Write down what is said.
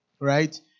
right